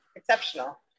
exceptional